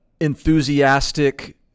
enthusiastic